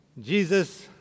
Jesus